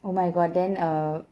oh my god then err